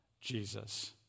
Jesus